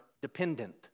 dependent